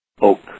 Oak